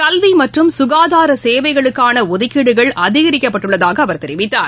கல்வி மற்றும் சுகாதார சேவைகளுக்கான ஒதுக்கீடுகள் அதிகரிக்கப்பட்டுள்ளதாக அவர் தெரிவித்தார்